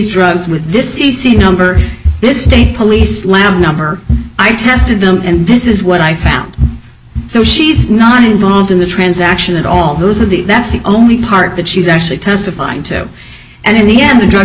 drugs with this c c number this state police lamb number i tested them and this is what i found so she's not involved in the transaction at all those are the that's the only part that she's actually testifying to and in the end the drug